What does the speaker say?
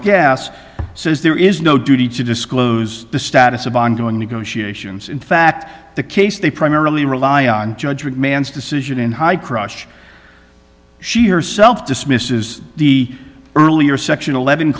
says there is no duty to disclose the status of ongoing negotiations in fact the case they primarily rely on judge man's decision in high crush she herself dismisses the earlier section eleven